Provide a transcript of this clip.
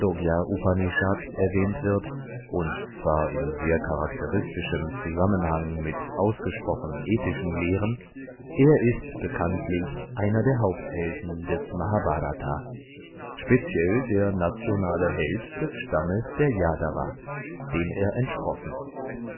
erwähnt wird und zwar in sehr charakteristischem zusammenhang mit ausgesprochen ethischen lehren er ist bekanntlich einer der haupthelden des mahbhrata speziell der nationale held des stammes der ydava dem er entsprossen